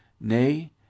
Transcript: Nay